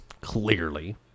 clearly